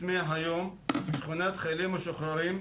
בסמיע היום שכונת חיילים משוחררים,